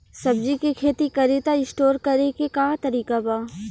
सब्जी के खेती करी त स्टोर करे के का तरीका बा?